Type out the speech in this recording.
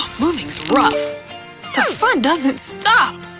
moving's rough fun doesn't stop!